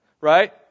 Right